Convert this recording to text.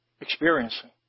experiencing